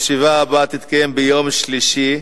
הישיבה הבאה תתקיים ביום שלישי,